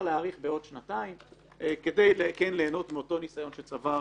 להאריך בעוד שנתיים כדי כן ליהנות מאותו ניסיון שנצבר.